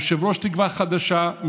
יושב-ראש תקווה חדשה,